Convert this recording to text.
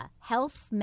Health